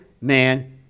man